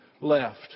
left